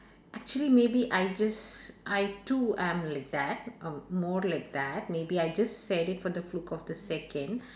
actually maybe I just I too am like that um more like that maybe I just said it for the fluke of the second